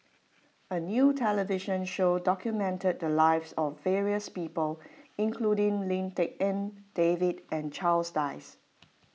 a new television show documented the lives of various people including Lim Tik En David and Charles Dyce